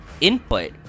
input